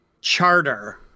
Charter